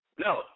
No